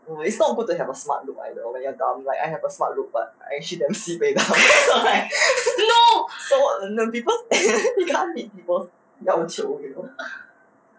no it's not good to have a smart look either when you're dumb like I have a smart look but actually I damn sibei dumb so and people's you can't meet people's 要求 you know